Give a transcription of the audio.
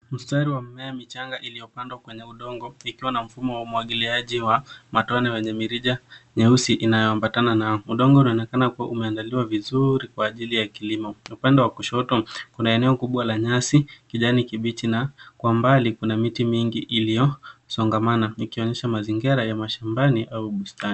Mstari wa mimea michanga iliyopandwa kwa udongo ikiwa na mfumo wa umwagiliaji wa matone wenye mirija nyeusi inayoambatana nayo. Udongo unaonekana kuwa umeandaliwa vizuri kwa ajili ya kilimo. Upande wa kushoto kuna eneo kubwa la nyasi kijani kibichi na kwa mbali kuna miti mingi iliyosongamana ikionyesha mazingira ya mashambani au bustani.